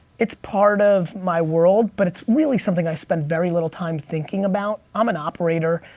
it's part of my world but it's really something i spend very little time thinking about, i'm an operator.